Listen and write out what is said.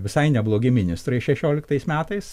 visai neblogi ministrai šešioliktais metais